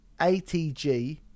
ATG